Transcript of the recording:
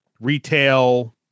retail